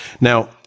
Now